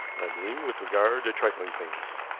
i mean with regard to trifling things.